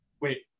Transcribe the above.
wait